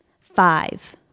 five